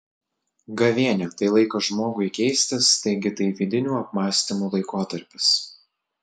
gavėnia tai laikas žmogui keistis taigi tai vidinių apmąstymų laikotarpis